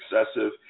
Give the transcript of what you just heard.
excessive